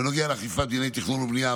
בנוגע לאכיפת דיני תכנון והבנייה,